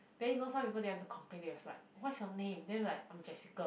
then you know some people they want to complain they was like what's your name then I'm like I'm Jessica